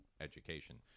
education